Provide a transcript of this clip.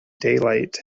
daylight